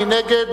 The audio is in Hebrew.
מי נגד?